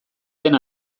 den